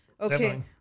Okay